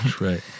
Right